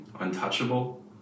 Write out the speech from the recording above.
Untouchable